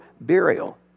burial